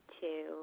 two